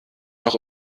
noch